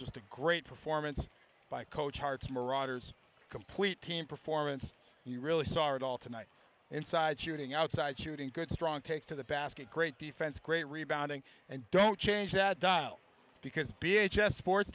just a great performance by coach hart's marauders complete team performance you really saw it all tonight inside shooting outside shooting good strong takes to the basket great defense great rebounding and don't change that dial because p h s sports